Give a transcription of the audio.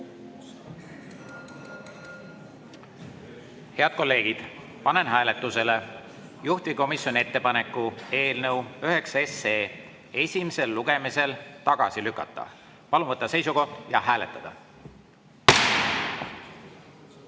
Head kolleegid, panen hääletusele juhtivkomisjoni ettepaneku eelnõu 21 esimesel lugemisel tagasi lükata. Palun võtta seisukoht ja hääletada!